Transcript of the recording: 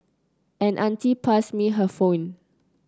an auntie passed me her phone